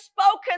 spoken